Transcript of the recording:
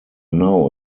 now